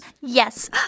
Yes